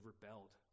rebelled